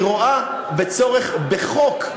היא רואה צורך בחוק,